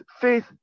Faith